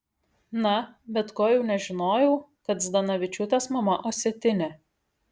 na bet ko jau nežinojau kad zdanavičiūtės mama osetinė